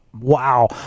wow